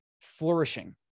flourishing